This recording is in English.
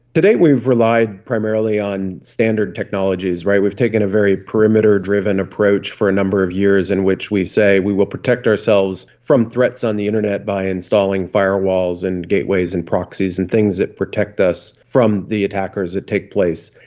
to date we've relied primarily on standard technologies, we've taken a very perimeter driven approach for a number of years in which we say we will protect ourselves from threats on the internet by installing firewalls and gateways and proxies and things that protect us from the attackers that take place.